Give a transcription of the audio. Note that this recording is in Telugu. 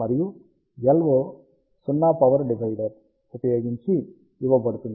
మరియు LO 0 పవర్ డివైడర్ ఉపయోగించి ఇవ్వబడుతుంది